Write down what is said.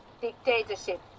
dictatorship